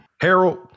Harold